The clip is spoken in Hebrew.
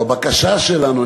בבקשה שלנו.